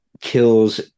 Kills